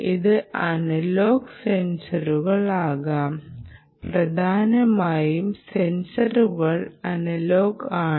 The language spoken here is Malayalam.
ഇത് സെൻസറുകളാകാം പ്രധാനമായും സെൻസറുകൾ അനലോഗ് ആണ്